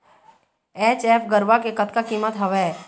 HF गरवा के कतका कीमत हवए?